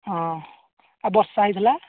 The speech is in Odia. ହଁ ଆଉ ବର୍ଷା ହୋଇଥିଲା